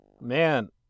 Man